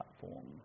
platform